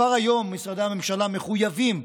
כבר היום משרדי הממשלה מחויבים,